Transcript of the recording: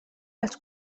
als